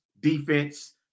defense